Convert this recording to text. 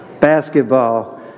basketball